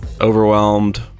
Overwhelmed